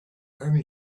only